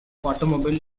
automobile